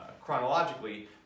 chronologically